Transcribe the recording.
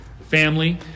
family